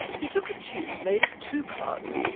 he took a tube made of two parts,